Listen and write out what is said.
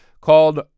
called